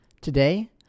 Today